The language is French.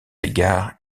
égards